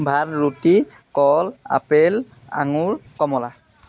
ভাত ৰুটি কল আপেল আঙুৰ কমলা